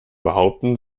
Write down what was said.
behaupten